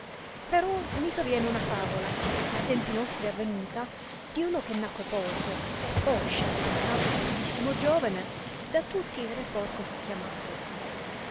però mi soviene una favola a tempi nostri avvenuta di uno che nacque porco e poscia divenuto bellissimo giovene da tutti re porco fu chiamato